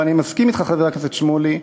אבל אני מסכים אתך, חבר הכנסת שמולי,